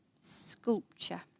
sculpture